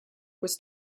was